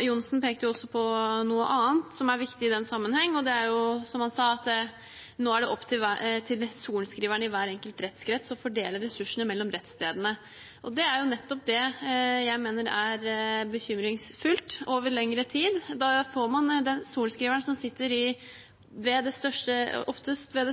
Johnsen pekte også på noe annet som er viktig i den sammenheng, og det er slik som han sa, at nå er det opp til sorenskriveren i hver enkelt rettskrets å fordele ressursene mellom rettsstedene. Det er nettopp det jeg mener er bekymringsfullt, over lengre tid. Da får man – oftest – den sorenskriveren som sitter ved det